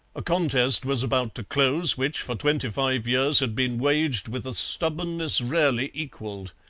a contest was about to close which for twenty-five years had been waged with a stubbornness rarely equalled.